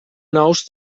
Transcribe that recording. nous